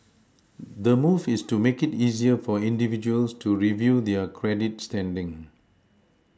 the move is to make it easier for individuals to review their credit standing